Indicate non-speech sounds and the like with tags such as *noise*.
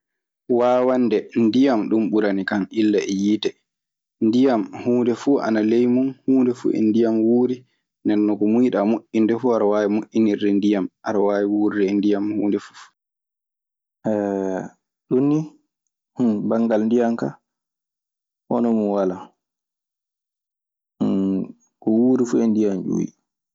Waawande ndiyam ɗun ɓuranikan illa e yiite. Ndiyam huunde fuu ana ley mun, huunde fuu e ndiyam wuuri. ndeen non ko muuyiɗaa moƴƴinde fuu aɗa waawi moƴƴinirde ndiyam. Aɗa waawi wuurde e ndiyam huunde fuf. *hesitation* Ɗun nii, banngal ndiyan kaa hono mun walaa. *hesitation* Ko wuuri fuu e ndiyan ƴuwi.